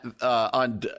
on